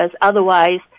otherwise